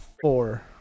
Four